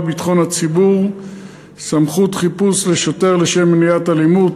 ביטחון הציבור (סמכות חיפוש לשוטר לשם מניעת אלימות),